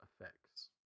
effects